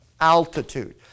altitude